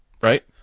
Right